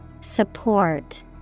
Support